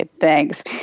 Thanks